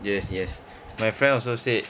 yes yes my friend also said